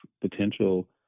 potential